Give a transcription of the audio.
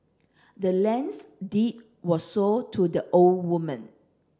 the land's deed was sold to the old woman